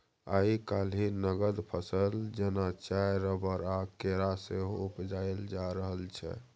आइ काल्हि नगद फसल जेना चाय, रबर आ केरा सेहो उपजाएल जा रहल छै